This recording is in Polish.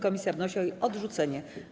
Komisja wnosi o jej odrzucenie.